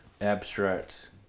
abstract